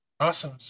Awesome